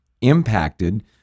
impacted